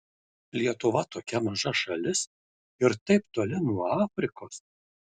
lietuva tokia maža šalis ir taip toli nuo afrikos